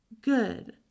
good